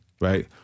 right